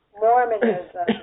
Mormonism